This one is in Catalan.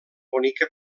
bonica